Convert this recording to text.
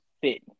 fit